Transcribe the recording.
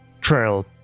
trail